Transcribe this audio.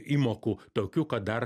įmokų tokių kad dar